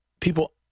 People